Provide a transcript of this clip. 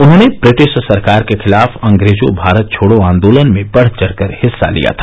उन्हॉने ब्रिटिश सरकार के खिलाफ अंग्रेजों भारत छोड़ो आन्दोलन में बढ़चढ़ कर भाग लिया था